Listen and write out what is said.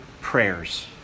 prayers